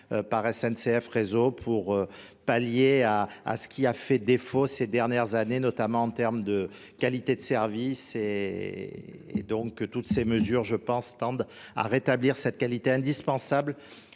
par SNCF réseau pour pallier à ce qui a fait défaut ces dernières années, notamment en termes de qualité de service et donc que toutes ces mesures, je pense, tendent à rétablir cette qualité indispensable